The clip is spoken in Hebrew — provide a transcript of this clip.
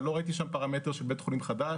אבל לא ראיתי שם פרמטר של בית חולים חדש,